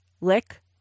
lick